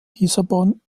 lissabon